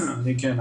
כן,